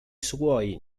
suoi